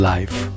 Life